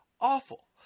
awful